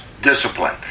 discipline